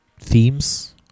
themes